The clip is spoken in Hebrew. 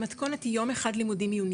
מטרת התוכנית היא ישראל כשותפה לבניית יכולות